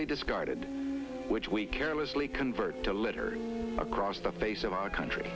y discarded which we carelessly convert to litter across the face of our country